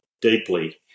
deeply